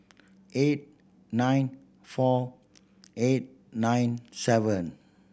eight nine four eight nine seven